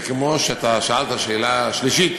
וכמו שאתה שאלת שאלה שלישית